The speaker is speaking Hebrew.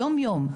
יום יום,